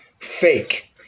fake